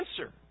answer